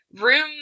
room